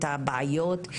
את הבעיות,